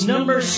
Number